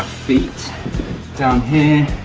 feet down here.